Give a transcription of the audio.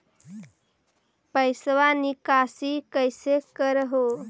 पैसवा निकासी कैसे कर हो?